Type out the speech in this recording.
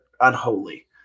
unholy